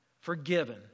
forgiven